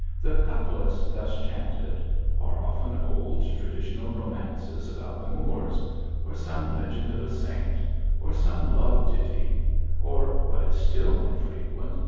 the couplets thus chanted are often old traditional romances about the moors or some legend of a saint or some love ditty or, what is still more frequent,